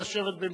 לשבת במקומו.